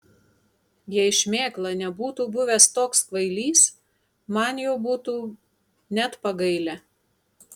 jei šmėkla nebūtų buvęs toks kvailys man jo būtų net pagailę